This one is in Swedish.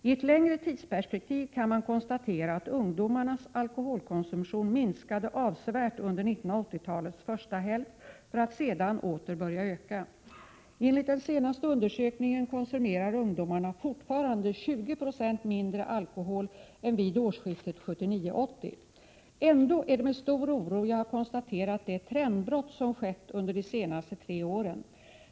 I ett längre tidsperspektiv kan man konstatera att ungdomarnas alkoholkonsumtion minskade avsevärt under 1980-talets första hälft för att sedan åter börja öka. Enligt den senaste undersökningen konsumerar ungdomarna fortfarande 20 20 mindre alkohol än vid årsskiftet 1979-1980. Ändå är det med stor oro jag har konstaterat det trendbrott som skett under de senaste tre åren.